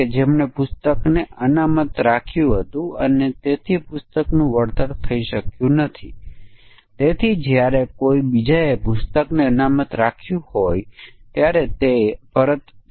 જો થાપણ 1 લાખથી ઓછી હોય તો વ્યાજના દર 6 ટકા 7 ટકા અને 8 ટકા છે 1 વર્ષ 1 વર્ષ સુધી પરંતુ 3 વર્ષથી ઓછા માટે